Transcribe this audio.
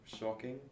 shocking